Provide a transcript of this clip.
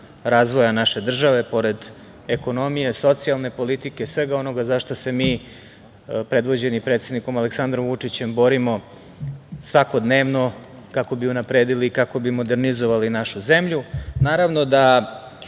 razvoja naše države, pored ekonomije, socijalne politike, svega onoga za šta se mi predvođeni predsednikom Aleksandrom Vučićem borimo svakodnevno kako bi unapredili, kako bi modernizovali našu zemlju. Naravno da